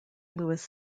louis